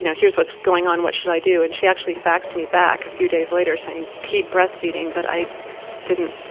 you know here is what's going on. what should i do? and she actually faxed me back a few days later saying, keep breastfeeding. but i didn't.